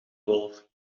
wolf